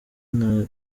nta